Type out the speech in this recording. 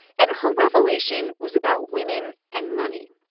and her revelation was about women and money.